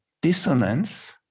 dissonance